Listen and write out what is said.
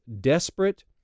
desperate